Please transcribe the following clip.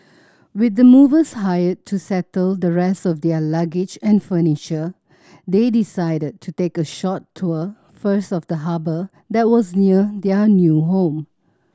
with the movers hired to settle the rest of their luggage and furniture they decided to take a short tour first of the harbour that was near their new home